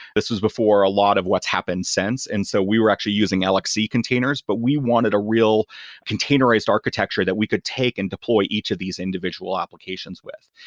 this was before a lot of what's happened since. and so we were actually using lxc containers, but we wanted a real containerized architecture that we could take and deploy each of these individual applications with.